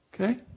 Okay